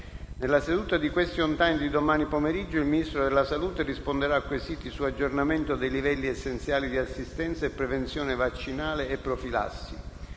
Nella seduta di *question time* di domani pomeriggio il Ministro della salute risponderà a quesiti su aggiornamento dei livelli essenziali di assistenza e prevenzione vaccinale e profilassi.